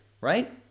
right